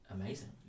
amazing